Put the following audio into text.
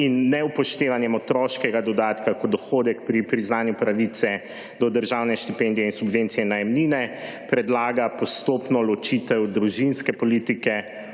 in neupoštevanjem otroškega dodatka k dohodek pri priznanju pravice do državne štipendije in subvencije najemnine predlaga postopno ločitev družinske politike